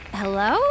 hello